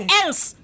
else